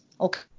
Okay